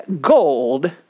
gold